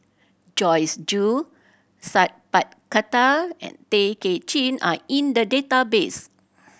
Joyce Jue Sat Pal Khattar and Tay Kay Chin are in the database